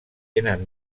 tenen